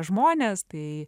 žmones tai